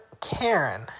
Karen